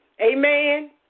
amen